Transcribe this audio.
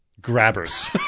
Grabbers